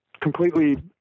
completely